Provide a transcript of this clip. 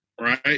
Right